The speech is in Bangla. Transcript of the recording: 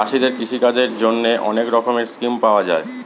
চাষীদের কৃষিকাজের জন্যে অনেক রকমের স্কিম পাওয়া যায়